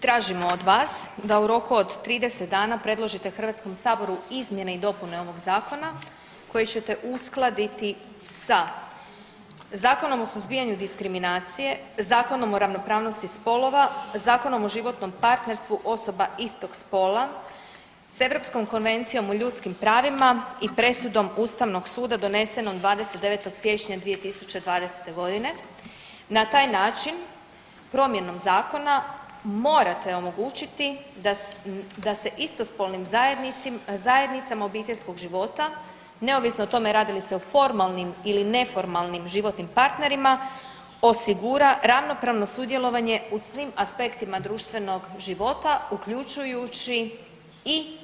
Tražimo od vas da u roku od 30 dana predložite HS-u izmjene i dopune ovog zakona koje ćete uskladiti sa Zakonom o suzbijanju diskriminacije, Zakonom o ravnopravnosti spolova, Zakona o životnom partnerstvu osoba istog spola, s Europskom konvencijom o ljudskim pravima i presudom Ustavnog suda donesenom 29.siječnja 2020.g. na taj način promjenom zakona morate omogućiti da se istospolnim zajednicama obiteljskog života, neovisno o tome radi li se o formalnim ili neformalnim životnim partnerima osigura ravnopravno sudjelovanje u svim aspektima društvenog života uključujući i